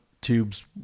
tubes